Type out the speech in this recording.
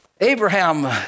Abraham